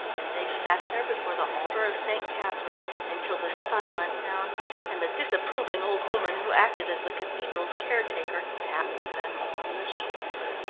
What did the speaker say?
and they sat there before the altar of st. catherine until the sun went down and the disapproving old woman who acted as the cathedral's caretaker tapped them on the shoulder.